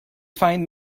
find